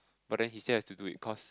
but then he still has to do it cause